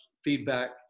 feedback